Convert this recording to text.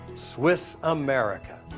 swiss america.